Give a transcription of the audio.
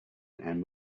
and